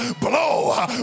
blow